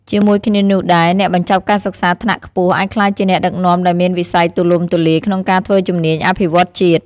ជាមួយគ្នានោះដែរ អ្នកបញ្ចប់ការសិក្សាថ្នាក់ខ្ពស់អាចក្លាយជាអ្នកដឹកនាំដែលមានវិស័យទូលំទូលាយក្នុងការធ្វើជំនាញអភិវឌ្ឍជាតិ។